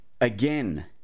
again